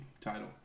title